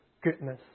goodness